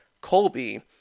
Colby